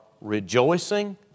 rejoicing